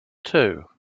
two